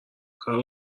کارول